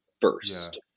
first